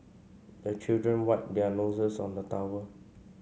the children wipe their noses on the towel